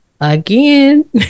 again